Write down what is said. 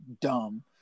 dumb